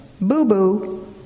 Boo-boo